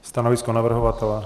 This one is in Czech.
Stanovisko navrhovatele?